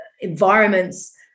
environments